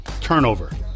turnover